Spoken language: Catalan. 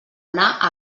anar